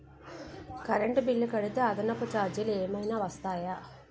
Current bill కడితే అదనపు ఛార్జీలు ఏమైనా వర్తిస్తాయా?